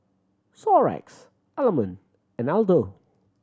Xorex Element and Aldo